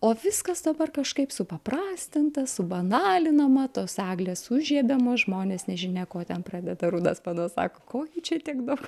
o viskas dabar kažkaip supaprastinta subanalinama tos eglės užžiebiamos žmonės nežinia ko ten pradeda rudaspanas sako ko gi čia tiek daug